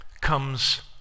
comes